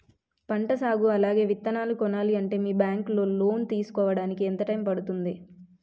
పంట సాగు అలాగే విత్తనాలు కొనాలి అంటే మీ బ్యాంక్ లో లోన్ తీసుకోడానికి ఎంత టైం పడుతుంది?